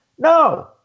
No